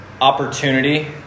Opportunity